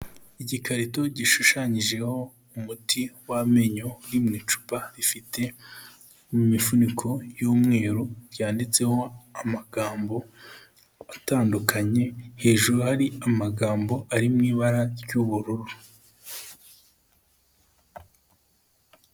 Igikarito gishushanyijeho umuti w'amenyo uri mu icupa rifite imifuniko y'umweru, yanyanditseho amagambo atandukanye, hejuru hari amagambo ari mu ibara ry'ubururu.